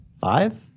Five